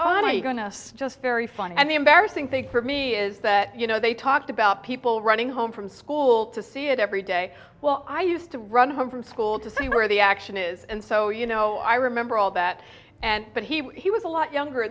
goodness just very funny and the embarrassing thing for me is that you know they talked about people running home from school to see it every day well i used to run home from school to see where the action is and so you know i remember all that and but he was a lot younger